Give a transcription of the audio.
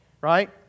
Right